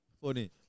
Funny